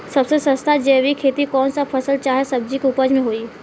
सबसे सस्ता जैविक खेती कौन सा फसल चाहे सब्जी के उपज मे होई?